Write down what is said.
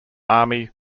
army